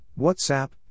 WhatsApp